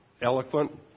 eloquent